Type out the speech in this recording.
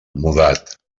mudat